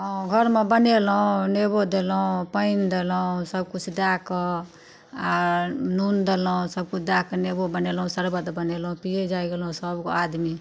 हँ घर मे बनेलहुॅं नेबो देलहुॅं पानि देलहुॅं सब किछु दए कऽ आ नून देलहुॅं सब किछु दए कऽ नेबो बनेलहुॅं शर्बत बनेलहुॅं पिए जाइ गेलहुॅं सब आदमी